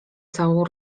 całą